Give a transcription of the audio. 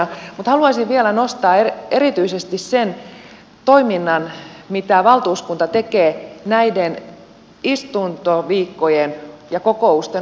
mutta haluaisin vielä nostaa erityisesti sen toiminnan mitä valtuuskunta tekee näiden istuntoviikkojen ja kokousten ulkopuolella